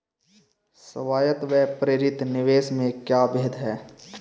स्वायत्त व प्रेरित निवेश में क्या भेद है?